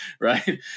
Right